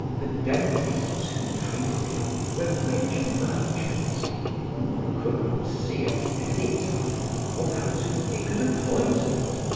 the dentists who treated him were rich merchants whom one could not see at any time one had to make an appointment.